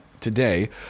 Today